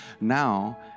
Now